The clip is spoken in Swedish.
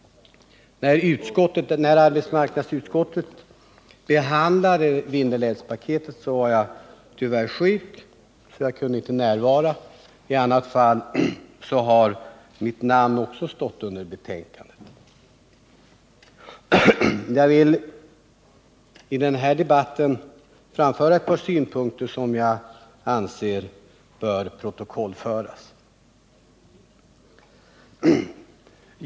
När arbetsmarknadsutskottet behandlade Vindelälvspaketet var jag tyvärr sjuk och kunde inte närvara. I annat fall hade mitt namn också stått under betänkandet. I den här debatten vill jag anföra några synpunkter som jag anser böra protokollföras.